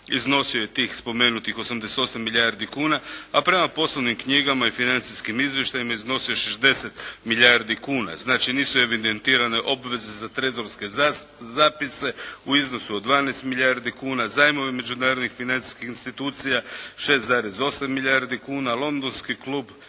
iznosio je tih spomenutih 88 milijardi kuna, a prema poslovnim knjigama i financijskim izvještajima iznosio je 60 milijardi kuna. Znači nisu evidentirane obveze za trezorske zapise u iznosu od 12 milijardi kuna, zajmovi međunarodnih financijskih institucija 6,8 milijardi kuna. Londonski klub